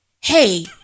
Hey